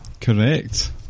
Correct